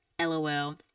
lol